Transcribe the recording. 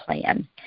Plan